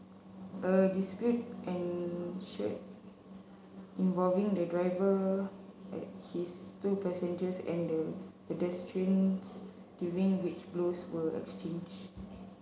a dispute ensued involving the driver his two passengers and the pedestrians during which blows were exchanged